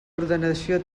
ordenació